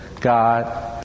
God